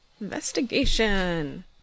Investigation